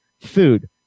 food